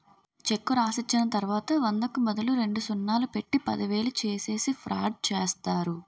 చెక్కు రాసిచ్చిన తర్వాత వందకు బదులు రెండు సున్నాలు పెట్టి పదివేలు చేసేసి ఫ్రాడ్ చేస్తారు